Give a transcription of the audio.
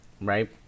Right